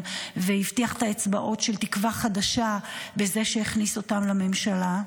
והבטיח את האצבעות של תקווה חדשה בזה שהכניס אותם לממשלה.